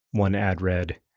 one ad read.